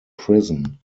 prison